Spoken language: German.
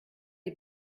die